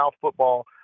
football